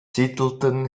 siedelten